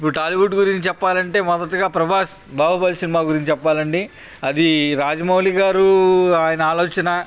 ఇప్పుడు టాలీవుడ్ గురించి చెప్పాలంటే మొదటిగా ప్రభాస్ బాహుబలి సినిమా గురించి చెప్పాలండి అది రాజమౌళి గారు ఆయన ఆలోచన